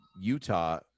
Utah